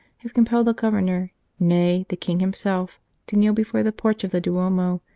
have compelled the governor nay, the king himself to kneel before the porch of the duomo,